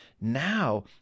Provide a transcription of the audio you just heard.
now